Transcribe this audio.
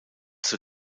zur